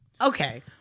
Okay